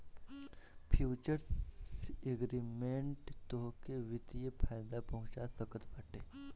futures agreement तोहके वित्तीय फायदा पहुंचा सकत बाटे